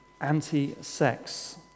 anti-sex